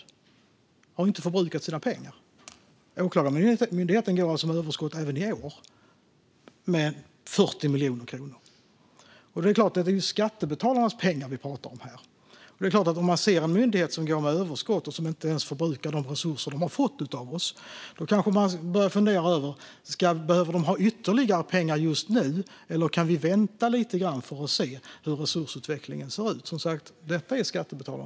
Man har inte förbrukat sina pengar och går även i år med 40 miljoner i överskott. Vi talar ju om skattebetalarnas pengar, och ser vi en myndighet som inte ens förbrukar de resurser man har fått utan går med överskott kanske vi ska fundera på om myndigheten behöver få ytterligare pengar just nu eller om vi kan vänta lite för att se hur resursutvecklingen ser ut.